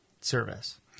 service